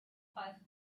falsch